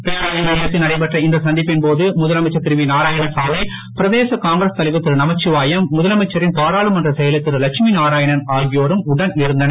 பேராயர் இல்லத்தில் நடைபெற்ற இந்த சந்திப்பின் போது முதலமைச்சர் திரு வி நாராயணசாமி பிரதேச காங்கிரஸ் தலைவர் திரு நமச்சிவாயம் முதலமைச்சரின் பாராளுமன்ற செயலர் திரு லட்சுமி நாராயணன் ஆகியோரும் உடன் இருந்தனர்